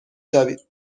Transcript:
شوید